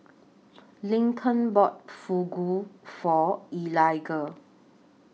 Lincoln bought Fugu For Eliga